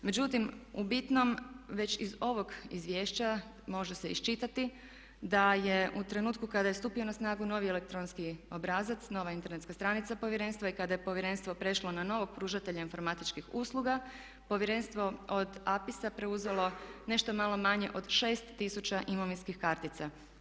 Međutim, u bitnom već iz ovog izvješća može se iščitati da je u trenutku kada je stupio na snagu novi elektronski obrazac, nova internetska stranica Povjerenstva i kada je Povjerenstvo prešlo na novog pružatelja informatičkih usluga, Povjerenstvo od APIS-a preuzelo nešto malo manje od 6 tisuća imovinskih kartica.